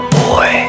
boy